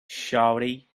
shawty